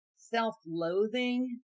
self-loathing